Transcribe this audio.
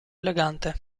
elegante